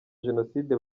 jenoside